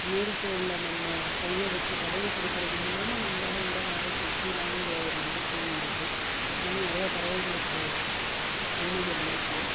மேல்தோலில் நம்ம கையை வச்சு தடவி கொடுக்குறதன் மூலியமாக நம்மளோட உடல் ஆரோக்கியம் சீராகுங்கிற ஒரு நம்பிக்கையும் இருக்கு இது மாதிரி நிறையா பறவைகைளுக்கு நன்மைகள் இருக்கு